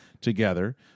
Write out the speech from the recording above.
together